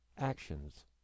actions